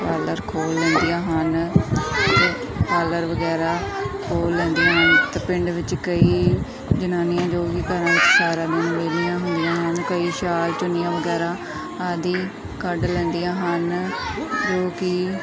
parlour ਖੋਲ੍ਹ ਲੈਂਦੀਆਂ ਹਨ ਅਤੇ ਪਾਰਲਰ ਵਗੈਰਾ ਖੋਲ੍ਹ ਲੈਂਦੀਆਂ ਹਨ ਅਤੇ ਪਿੰਡ ਵਿੱਚ ਕਈ ਜਨਾਨੀਆਂ ਜੋ ਵੀ ਘਰਾਂ 'ਚ ਸਾਰਾ ਦਿਨ ਵਿਹਲੀਆਂ ਹੁੰਦੀਆਂ ਹਨ ਕਈ ਛਾਲ ਚੁੰਨੀਆਂ ਵਗੈਰਾ ਆਦਿ ਕੱਢ ਲੈਂਦੀਆਂ ਹਨ ਜੋ ਕਿ